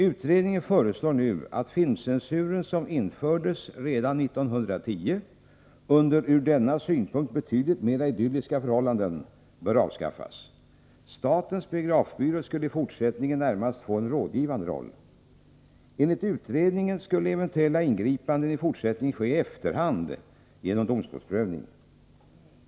Utredningen föreslår nu att filmcensuren, som infördes redan 1910 - under från denna synpunkt betydligt mer idylliska förhållanden — skall avskaffas. Statens biografbyrå skulle i fortsättningen närmast få en rådgivande roll. Enligt utredningen skulle eventuella ingripanden i fortsättningen ske i efterhand genom domstolsprövning.